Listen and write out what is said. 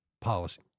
policy